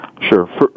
Sure